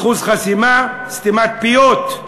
אחוז חסימה, סתימת פיות,